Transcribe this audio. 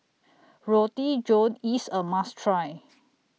Roti John IS A must Try